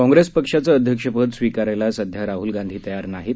काँग्रेस पक्षाचं अध्यक्षपद स्वीकारायला सध्या राहल गांधी तयार नाहीत